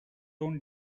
own